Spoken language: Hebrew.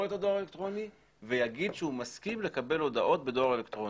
את הדואר האלקטרוני ויגיד שהוא מסכים לקבל הודעות בדואר אלקטרוני.